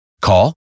Call